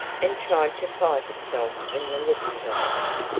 and tried to fight itself in the looking-glass.